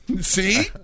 See